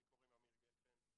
לי קוראים עמיר גפן,